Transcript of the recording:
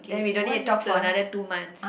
then we don't need to talk for another two months